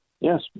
Yes